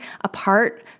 apart